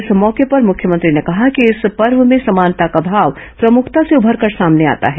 इस मौके पर मुख्यमंत्री ने कहा कि इस पर्व में समानता का भाव प्रमुखता से उभरकर सामने आता है